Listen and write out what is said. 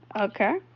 Okay